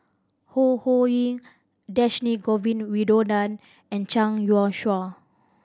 Ho Ho Ying Dhershini Govin Winodan and Zhang Youshuo